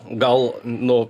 gal nu